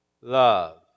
love